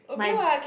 my